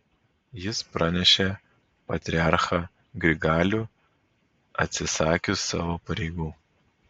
jis pranešė patriarchą grigalių atsisakius savo pareigų